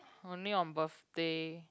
only on birthday